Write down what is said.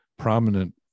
prominent